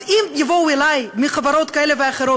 אז אם יבואו אלי מחברות כאלה ואחרות,